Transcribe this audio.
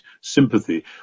sympathy